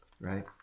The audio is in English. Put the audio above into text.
right